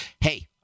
hey